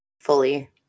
fully